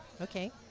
Okay